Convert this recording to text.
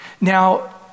Now